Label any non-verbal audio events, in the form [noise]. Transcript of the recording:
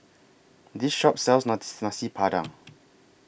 This Shop sells [unintelligible] Nasi Padang